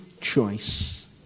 choice